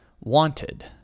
wanted